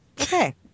okay